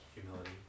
humility